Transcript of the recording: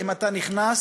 אם אתה נכנס,